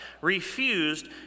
refused